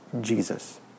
Jesus